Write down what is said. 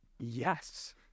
Yes